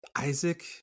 Isaac